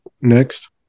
Next